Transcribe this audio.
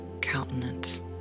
countenance